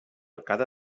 arcada